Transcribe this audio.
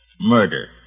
murder